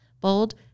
bold